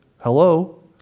Hello